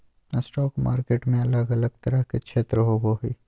stock market में अलग अलग तरह के क्षेत्र होबो हइ